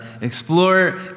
explore